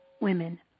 Women